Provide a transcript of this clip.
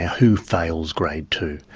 who fails grade two!